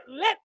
let